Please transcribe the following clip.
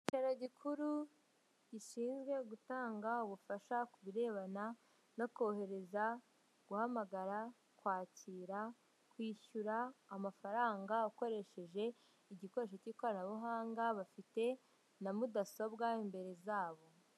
Ikicaro gikuru gishinzwe gutanga ubufasha ku birebana no kohereza, guhamagara, kwakira, kwishyura amafaranga ukoresheje igikoresho k'ikoranabuhanga, bafite na mudasobwa imbere zabo.